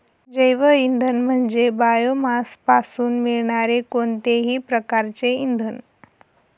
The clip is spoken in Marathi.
जैवइंधन म्हणजे बायोमासपासून मिळणारे कोणतेही प्रकारचे इंधन